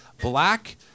black